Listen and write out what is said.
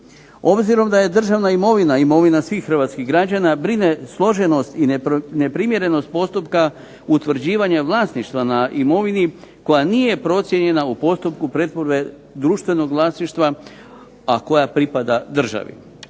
Obzirom da je državna imovina imovina svih hrvatskih građana brine složenost i neprimjerenost postupka utvrđivanja vlasništva na imovini koja nije procijenjena u postupku pretvorbe društvenog vlasništva, a koja pripada državi.